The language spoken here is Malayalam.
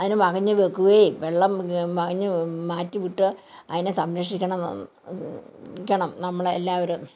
അതിന് വകഞ്ഞ് വെക്കുകയും വെള്ളം വകഞ്ഞ് മാറ്റി വിട്ട് അതിനെ സംരക്ഷിക്കണം ക്യണം നമ്മളെല്ലാവരും